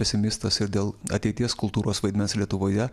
pesimistas ir dėl ateities kultūros vaidmens lietuvoje